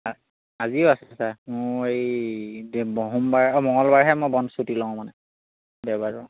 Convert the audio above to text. আজিও আছে ছাৰ মোৰ এই ব সোমবাৰ অঁ মঙলবাৰেহে মই বন্ধ ছুটি লওঁ মানে দেওবাৰটো